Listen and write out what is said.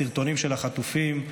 הסרטונים של החטופים,